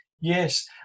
yes